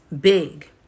big